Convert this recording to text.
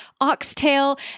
oxtail